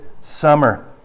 summer